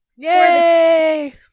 Yay